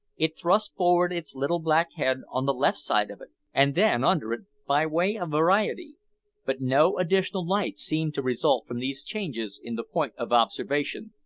it thrust forward its little black head on the left side of it, and then under it, by way of variety but no additional light seemed to result from these changes in the point of observation,